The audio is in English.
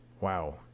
Wow